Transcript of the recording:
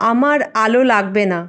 আমার আলো লাগবে না